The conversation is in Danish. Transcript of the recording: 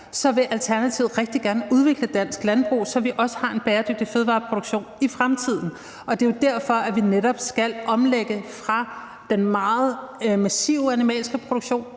vil Alternativet rigtig gerne udvikle dansk landbrug, så vi også har en bæredygtig fødevareproduktion i fremtiden, og det er jo netop derfor, vi skal omlægge fra den meget massive animalske produktion